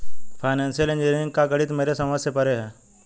financial engineering का गणित मेरे समझ से परे है